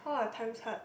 how are times hard